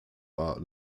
war